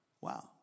Wow